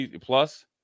plus